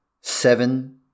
seven